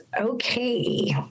okay